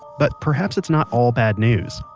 but perhaps it's not all bad news,